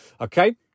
okay